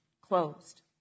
closed